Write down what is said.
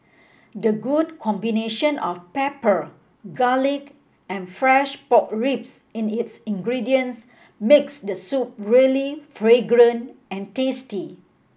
the good combination of pepper garlic and fresh pork ribs in its ingredients makes the soup really fragrant and tasty